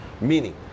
meaning